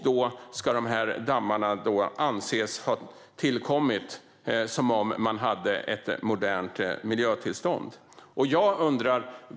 Dessa dammar ska anses ha tillkommit som om det fanns ett modernt miljötillstånd.